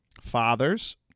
Fathers